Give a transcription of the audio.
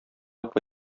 апа